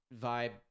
vibe